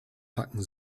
packen